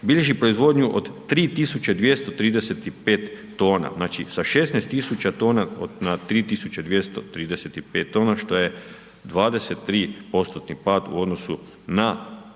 bilježi proizvodnju od 3235 tona. Znači sa 16 tisuća tona na 3235 tona što je 23%-tni pad u odnosu na